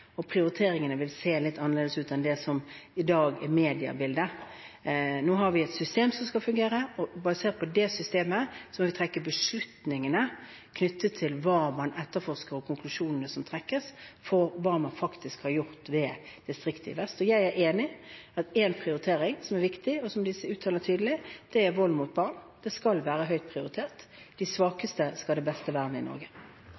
ut enn det som i dag er mediebildet. Nå har vi et system som skal fungere, og basert på det systemet får vi se på beslutningene knyttet til hva man etterforsker, og konklusjonene som trekkes for hva man faktisk har gjort ved Vest politidistrikt. Jeg er enig i at en viktig prioritering, og som de uttaler tydelig, er vold mot barn. Det skal være høyt prioritert. De svakeste skal ha det beste vernet i Norge.